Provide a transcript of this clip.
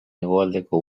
hegoaldeko